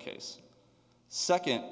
case second